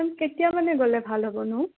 ma'am কেতিয়া মানে গ'লে ভাল হ'বনো